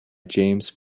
james